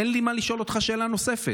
אין לי מה לשאול אותך שאלה נוספת.